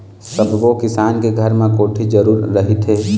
सब्बो किसान के घर म कोठी जरूर रहिथे